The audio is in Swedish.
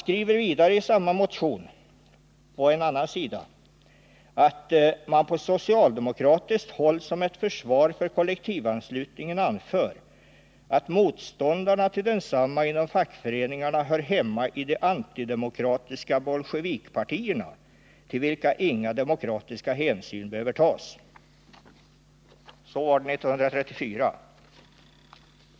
Det står vidare på en annan sida i samma motion, att ”man på socialdemokratiskt håll som ett försvar för kollektivanslutningen anför, att motståndarna till densamma inom fackföreningarna höra hemma i de antidemokratiska bolsjevikpartierna, till vilka inga demokratiska hänsyn behöva tagas, -—--”. Så var det 1934.